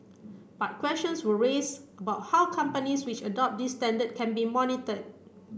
but questions were raised about how companies which adopt this standard can be monitored